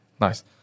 Nice